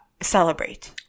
celebrate